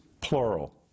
plural